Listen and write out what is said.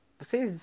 vocês